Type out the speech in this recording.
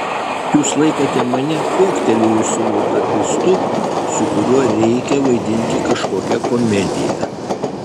jūs laikote mane kuoktelėjusiu utopistu su kuriuo reikia vaidinti kažkokią komediją